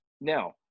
Now